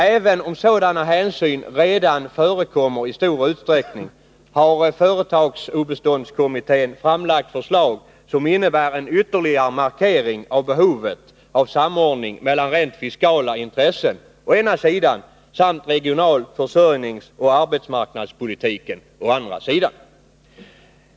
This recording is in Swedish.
Även om sådan hänsyn redan tas i stor utsträckning, har företagsobeståndskommittén framlagt förslag, som innebär en ytterligare markering av behovet av samordning mellan rent fiskala intressen å ena sidan samt regional-, försörjningsoch arbetsmarknadspolitiken å andra sidan.